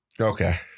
Okay